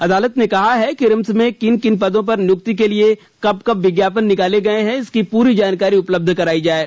अदालत ने कहा है कि रिम्स में किन किन पदों पर नियुक्ति के लिए कब कब विज्ञापन निकाले गए हैं इसकी पूरी जानकारी उपलब्ध कराई जाये